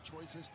choices